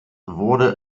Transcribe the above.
wurde